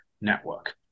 Network